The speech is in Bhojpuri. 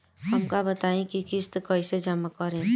हम का बताई की किस्त कईसे जमा करेम?